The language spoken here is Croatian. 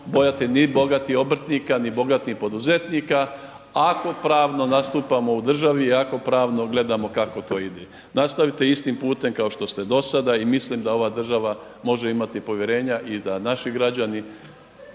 ni bogatih obrtnika, ni bogatih poduzetnika ako pravno nastupamo u državi i ako pravno gledamo kako to ide, nastavite istim putem kao što ste dosada i mislim da ova država može imati povjerenja i da naši građani